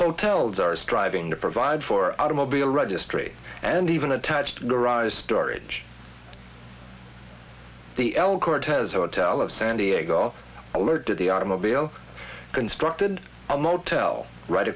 hotels are striving to provide for automobile registry and even attached garage storage the el cortez hotel of san diego alerted the automobile constructed a motel right